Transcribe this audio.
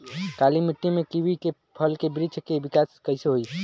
काली मिट्टी में कीवी के फल के बृछ के विकास कइसे होई?